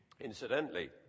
Incidentally